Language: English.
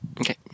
Okay